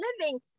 living